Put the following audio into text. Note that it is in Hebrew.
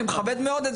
אני מכבד מאוד את זה.